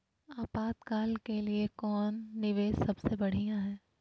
आपातकाल के लिए कौन निवेस सबसे बढ़िया है?